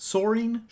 Soaring